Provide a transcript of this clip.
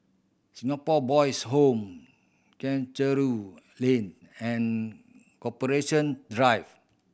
Singapore Boys' Home Chencharu Lane and Corporation Drive